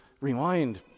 remind